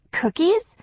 cookies